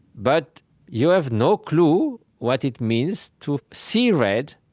but you have no clue what it means to see red,